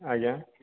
ଆଜ୍ଞା